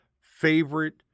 favorite